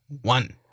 one